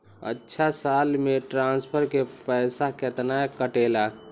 अछा साल मे ट्रांसफर के पैसा केतना कटेला?